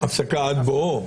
הפסקה עד בואו?